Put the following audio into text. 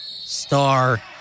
star